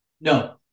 No